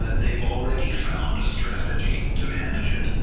ah they've already found a strategy to manage it,